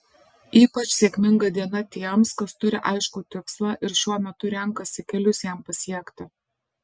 ypač sėkminga diena tiems kas turi aiškų tikslą ir šiuo metu renkasi kelius jam pasiekti